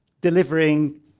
delivering